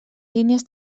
línies